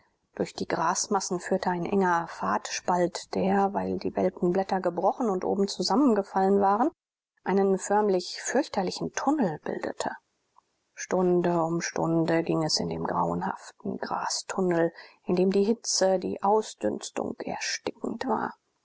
durch die grasmassen führte ein enger pfadspalt der weil die welken gräser gebrochen und oben zusammengefallen waren einen förmlichen fürchterlichen tunnel bildete stunde um stunde ging es in dem grauenhaften grastunnel in dem die hitze die ausdünstung erstickend war